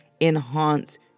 enhance